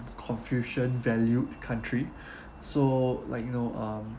confucian valued country so like you know um